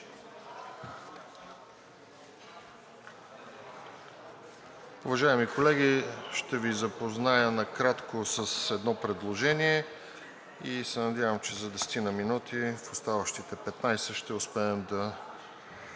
Уважаеми колеги, ще Ви запозная накратко с едно предложение и се надявам, че за десетина минути в оставащите 15 ще успеем да